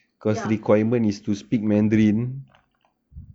ya